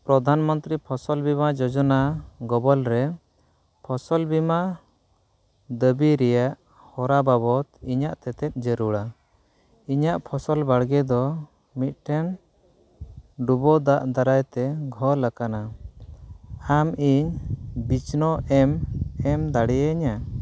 ᱯᱨᱚᱫᱷᱟᱱ ᱢᱚᱱᱛᱨᱤ ᱯᱷᱚᱥᱚᱞ ᱵᱤᱢᱟ ᱡᱳᱡᱚᱱᱟ ᱜᱚᱵᱚᱞ ᱨᱮ ᱯᱷᱚᱥᱚᱞ ᱵᱤᱢᱟ ᱫᱟᱹᱵᱤ ᱨᱮᱭᱟᱜ ᱦᱚᱨᱟ ᱵᱟᱵᱚᱫᱽ ᱛᱮᱛᱮᱫ ᱡᱟᱹᱨᱩᱲᱟ ᱤᱧᱟᱹᱜ ᱯᱷᱚᱥᱚᱞ ᱵᱟᱲᱜᱮ ᱫᱚ ᱢᱤᱫᱴᱟᱱ ᱰᱩᱵᱟᱹ ᱫᱟᱜ ᱫᱟᱨᱟᱭ ᱛᱮ ᱜᱷᱳᱞ ᱟᱠᱟᱱᱟ ᱟᱢ ᱤᱧ ᱵᱤᱪᱷᱱᱟᱹ ᱮᱢ ᱮᱢ ᱫᱟᱲᱮᱭᱤᱧᱟ